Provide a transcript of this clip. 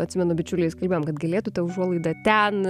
atsimenu bičiuliais kalbėjom kad galėtų ta užuolaida ten